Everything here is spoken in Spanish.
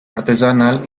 artesanal